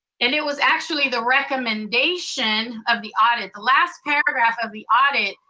and it was actually the recommendation of the audit. the last paragraph of the audit,